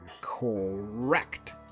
Correct